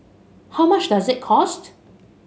how much does it cost